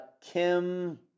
Kim